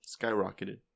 skyrocketed